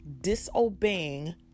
disobeying